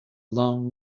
long